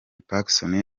pacson